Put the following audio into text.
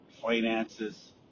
finances